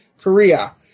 Korea